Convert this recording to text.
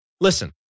listen